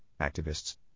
activists